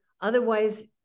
otherwise